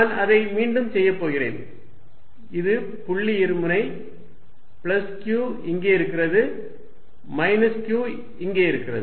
நான் அதை மீண்டும் செய்ய போகிறேன் இது புள்ளி இருமுனை பிளஸ் q இங்கே இருக்கிறது மைனஸ் q இங்கே இருக்கிறது